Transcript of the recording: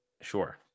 Sure